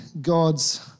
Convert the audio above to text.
God's